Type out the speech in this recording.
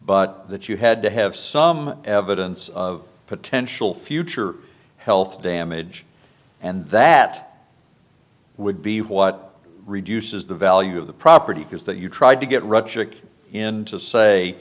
but that you had to have some evidence of potential future health damage and that would be what reduces the value of the property because that you tried to get russia in to say